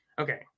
okay